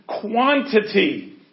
quantity